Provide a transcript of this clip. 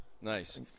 Nice